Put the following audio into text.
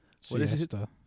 Siesta